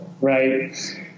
right